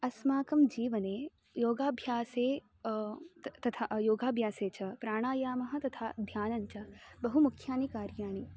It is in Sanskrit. अस्माकं जीवने योगाभ्यासे त तथा योगाभ्यासे च प्राणायामः तथा ध्यानञ्च बहु मुख्यानि कार्याणि